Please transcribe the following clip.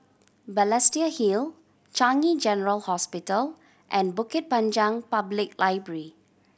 Balestier Hill Changi General Hospital and Bukit Panjang Public Library